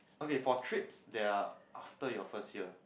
okay for trips there are after your first year